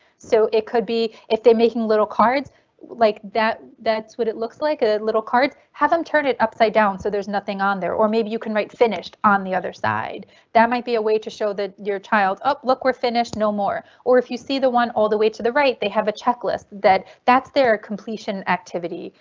so it could be if they're making little cards like that. that's what it looks like ah little cards have him turn it upside down. so there's nothing on there or maybe you can write finished on the other side that might be a way to show that your child up look we're finished, no more or if you see the one all the way to the right, they have a checklist that's their completion activity.